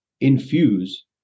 infuse